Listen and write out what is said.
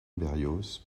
berrios